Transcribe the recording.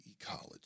ecology